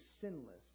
sinless